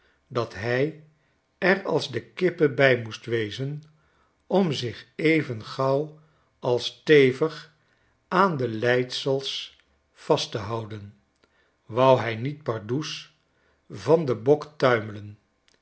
dat hi er als de kippen bij moest wezen om zich even gauw als stevig aan de leisels vast te houden won hij niet pardoes van den bok tuimelen